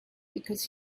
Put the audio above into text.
because